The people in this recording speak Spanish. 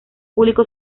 público